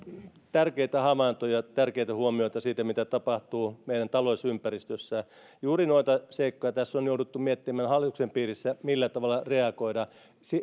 tärkeitä havaintoja tärkeitä huomioita siitä mitä tapahtuu meidän taloudellisessa ympäristössämme juuri noita seikkoja tässä on jouduttu miettimään hallituksen piirissä millä tavalla reagoidaan